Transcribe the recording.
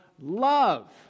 love